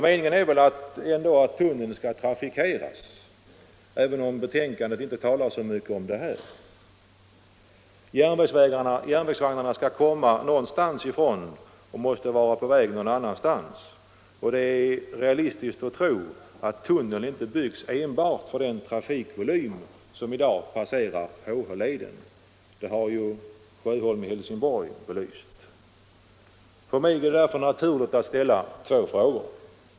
Meningen är väl ändå att tunneln skall trafikeras, även om betänkandet inte talar så mycket om detta. Järnvägsvagnarna skall komma någonstans ifrån och vara på väg någon annanstans. Det måste vara realistiskt att tro att tunneln inte byggs enbart för den trafikvolym som i dag passerar HH-leden. Trafikutvecklingen har herr Sjöholm i Helsingborg talat om. För mig är det därför naturligt att ställa två frågor.